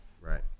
Right